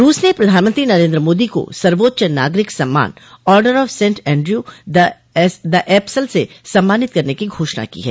रूस ने प्रधानमंत्री नरेंद्र मोदी को सर्वोच्च नागरिक सम्मान order of Saint Andrew the Apostle से सम्मानित करने की घोषणा की है